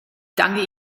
danke